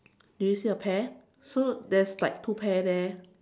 do you see a pear so there's like two pear there